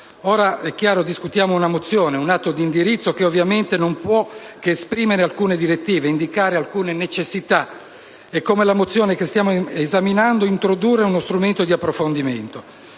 Discutiamo una mozione, un atto di indirizzo che ovviamente non può che esprimere alcune direttive, indicare alcune necessità e, come la mozione che stiamo esaminando, introdurre uno strumento di approfondimento.